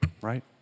right